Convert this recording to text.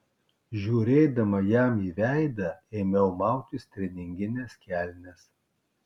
žiūrėdama jam į veidą ėmiau mautis treningines kelnes